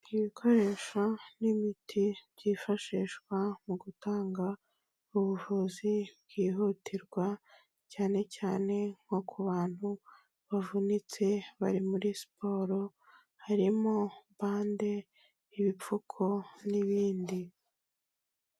Ibikoresho n'imiti byifashishwa mu gutanga ubuvuzi bwihutirwa, cyane cyane nko ku bantu bavunitse bari muri siporo, harimo bande, ibipfuko n'ibindi.